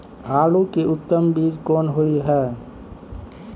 आलू के उत्तम बीज कोन होय है?